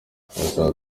turasaba